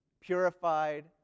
purified